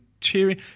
cheering